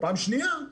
ופעם השנייה,